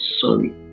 sorry